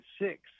six